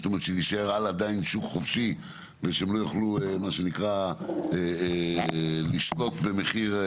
זאת אומרת שנישאר עדיין שוק חופשי ושהם לא יוכלו מה שנקרא לשלוט במחיר,